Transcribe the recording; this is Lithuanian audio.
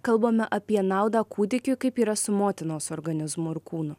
kalbame apie naudą kūdikiui kaip yra su motinos organizmu ir kūnu